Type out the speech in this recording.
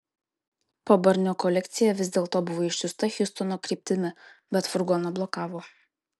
po barnio kolekcija vis dėlto buvo išsiųsta hjustono kryptimi bet furgoną blokavo